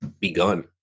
begun